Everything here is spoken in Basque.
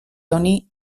honi